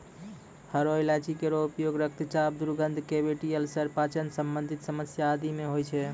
हरो इलायची केरो उपयोग रक्तचाप, दुर्गंध, कैविटी अल्सर, पाचन संबंधी समस्या आदि म होय छै